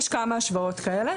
יש כמה השוואות כאלה.